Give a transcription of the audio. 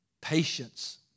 patience